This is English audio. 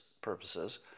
purposes